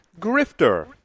Grifter